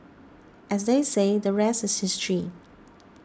as they say the rest is history